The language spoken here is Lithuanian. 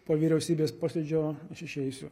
po vyriausybės posėdžio aš išeisiu